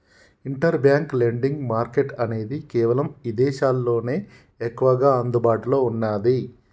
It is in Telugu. ఇంటర్ బ్యాంక్ లెండింగ్ మార్కెట్ అనేది కేవలం ఇదేశాల్లోనే ఎక్కువగా అందుబాటులో ఉన్నాది